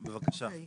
בבקשה.